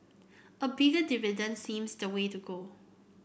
a bigger dividend seems the way to go